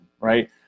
right